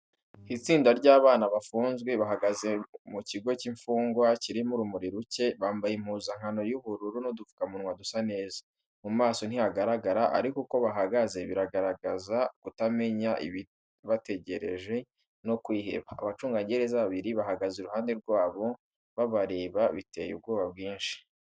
Itsinda ry’abana bafunzwe bahagaze mu kigo cy’imfungwa kirimo urumuri ruke, bambaye impuzankano y'ubururu n’udupfukamunwa dusa neza. Mu maso ntihagaragara, ariko uko bahagaze bigaragaza kutamenya ibibategereje no kwiheba. Abacungagereza babiri bahagaze iruhande rwabo, babareba biteye ubwoba bwinshi.